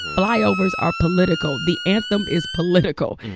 flyovers are political. the anthem is political.